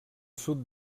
sud